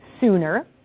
sooner